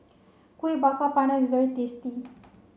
Kueh Bakar Pandan is very tasty